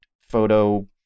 photo